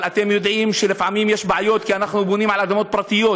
אבל אתם יודעים שלפעמים יש בעיות כי אנחנו בונים על אדמות פרטיות.